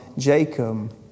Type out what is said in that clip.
Jacob